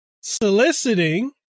Soliciting